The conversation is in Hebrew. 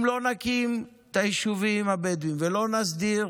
אם לא נקים את היישובים הבדואיים ולא נסדיר